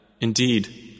Indeed